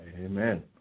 Amen